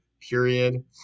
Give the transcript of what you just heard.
period